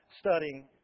studying